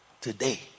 today